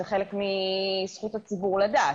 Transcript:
זה חלק מזכות הציבור לדעת,